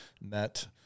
met